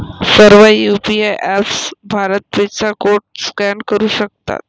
सर्व UPI apps BharatPe चा code scan करू शकतात